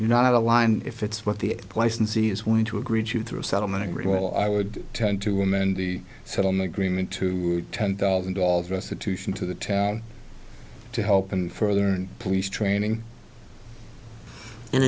not a line if it's what the place in sea is going to agree to through a settlement agree well i would tend to amend the settlement agreement to ten thousand dollars restitution to the town to help and further and police training